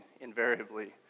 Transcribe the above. invariably